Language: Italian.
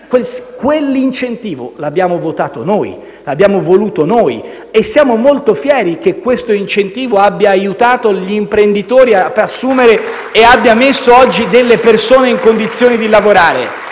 quell'incentivo lo abbiamo votato noi; lo abbiamo voluto noi e siamo molto fieri che questo abbia aiutato gli imprenditori ad assumere e che abbia messo oggi delle persone in condizione di lavorare.